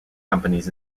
companies